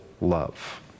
love